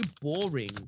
boring